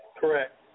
Correct